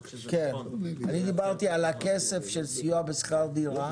אני דיברתי על הכסף של סיוע בשכר דירה,